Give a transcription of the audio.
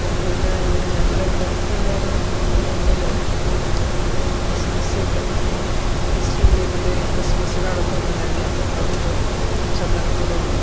പിന്നേ ഇവിടെ ഞങ്ങളുടെ ഇവിടെ അടുത്തുള്ളെയൊരു ഇതിൽ ക്രിസ്മസിൻ്റെ നമ്മുടെ ക്രിസ്ത്യൻ ഇതിൻ്റെ ക്രിസ്മസിനോടൊപ്പം തന്നെയാണ് അവർക്ക് ചന്ദന കുടോയെന്നു പറയും